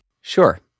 Sure